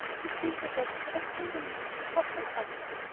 it would please me better to retain the meaning and drop the custom.